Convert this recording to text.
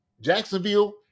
Jacksonville